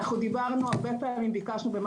רציתי להתייחס לסעיף 330ו(ב)